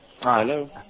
Hello